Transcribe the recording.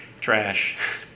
trash